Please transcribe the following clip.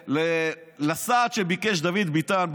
לסעד שביקש דוד ביטן,